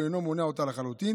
הוא אינו מונע אותה לחלוטין,